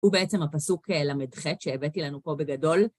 הוא בעצם הפסוק ל"ח שהבאתי לנו פה בגדול.